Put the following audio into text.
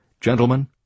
Gentlemen